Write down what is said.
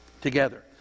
together